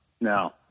No